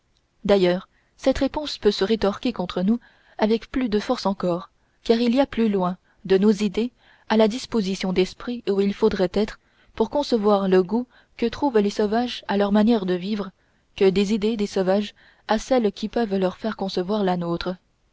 d'ailleurs cette réponse peut se rétorquer contre nous avec plus de force encore car il y a plus loin de nos idées à la disposition d'esprit où il faudrait être pour concevoir le goût que trouvent les sauvages à leur manière de vivre que des idées des sauvages à celles qui peuvent leur faire concevoir la nôtre